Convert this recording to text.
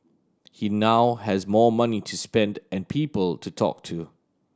he now has more money to spend and people to talk to